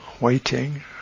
waiting